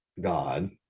God